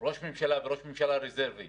ראש ממשלה וראש ממשלה רזרבי